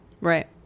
Right